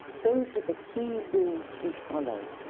those are the key rules we follow.